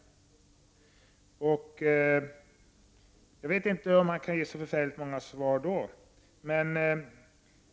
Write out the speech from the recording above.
Jag vet inte om han kan ge så förfärligt många svar.